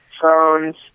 phones